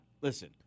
Listen